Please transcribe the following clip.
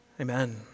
amen